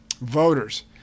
voters